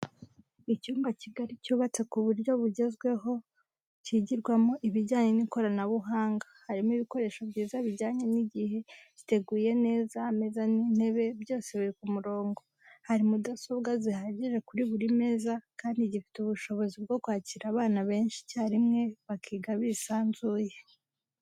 Icyumba kigari cyubatse ku buryo bwugezweho kigirwamo ibijyanye n'ikoranabuhanga harimo ibikoresho byiza bijyanye n'igihe, giteguye neza ameza n'intebe byose biri ku murongo, hari mudasobwa zihagije kuri buri meza kandi gifite ubushobozi bwo kwakira abana benshi icyarimwe bakiga bisanzuye.